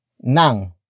NANG